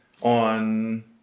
on